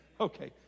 okay